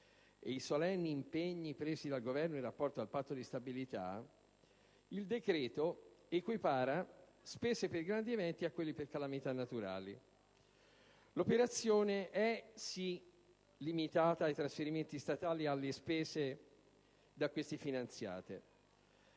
e i solenni impegni presi dal Governo in relazione al Patto di stabilità, il decreto in esame equipara le spese per i grandi eventi a quelle per calamità naturali. Ebbene, l'operazione è sì limitata ai trasferimenti statali e alle spese da questi finanziate,